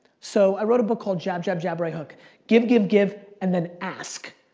so i wrote a book called jab, jab, jab, right hook give give give, and then ask.